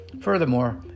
Furthermore